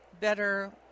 better